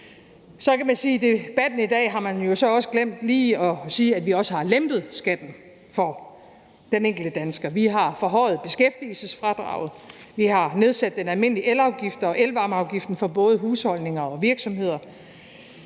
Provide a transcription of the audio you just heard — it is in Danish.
i debatten i dag jo også har glemt lige at sige, at vi også har lempet skatten for den enkelte dansker. Vi har forhøjet beskæftigelsesfradraget, og vi har nedsat den almindelige elafgift og elvarmeafgiften for både husholdninger og virksomheder,